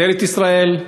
משטרת ישראל,